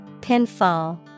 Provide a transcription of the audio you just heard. Pinfall